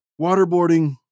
waterboarding